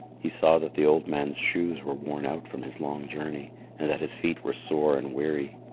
he saw that the old man's shoes were worn out from his long journey and that his feet were sore and weary.